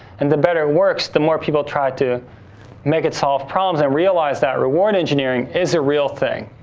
and the better it works, the more people try to make it solve problems and realize that reward engineering is a real thing.